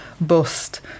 bust